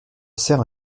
sers